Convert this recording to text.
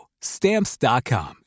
Stamps.com